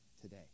today